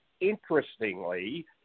Interestingly